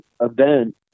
event